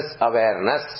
awareness